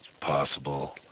possible